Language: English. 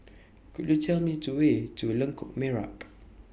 Could YOU Tell Me to Way to Lengkok Merak